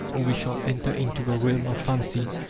or we shall enter into the realm of fancy.